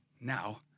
Now